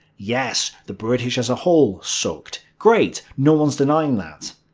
yes, the british as a whole sucked. great. no one's denying that.